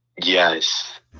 Yes